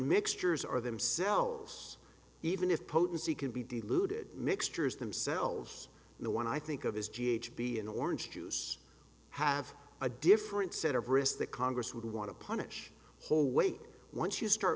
mixtures are themselves even if potency can be diluted mixture is themselves the one i think of is g h be an orange juice have a different set of risks that congress would want to punish whole way once you start